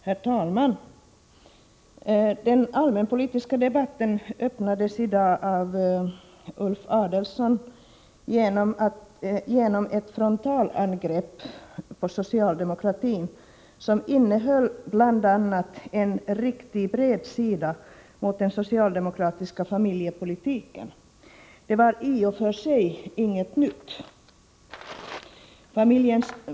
Herr talman! Den allmänpolitiska debatten i dag öppnades av Ulf Adelsohn genom ett frontalangrepp på socialdemokratin. Det innehöll bl.a. en riktig bredsida mot den socialdemokratiska familjepolitiken. Det vari och för sig inte någon nyhet.